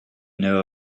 know